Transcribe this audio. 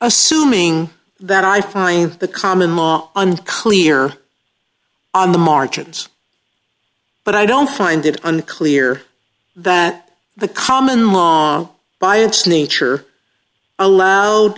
assuming that i find the common law unclear on the margins but i don't find it unclear that the common long by its nature allowed